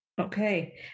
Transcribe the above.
Okay